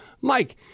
Mike